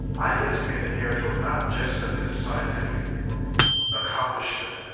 i get to be an inheritor not just of his scientific accomplishment,